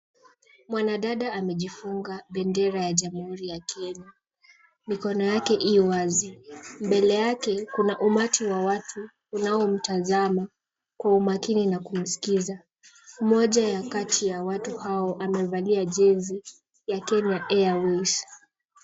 Mwanadada amejifunga bendera ya jamhuri ya Kenya. Mikono yake ii wazi. Mbele yake kuna umati wa watu unaomtazama kwa umakini na kumskiza. Mmoja ya kati ya watu hao amevalia jezi ya Kenya Airways.